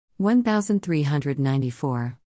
1394